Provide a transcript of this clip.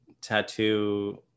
tattoo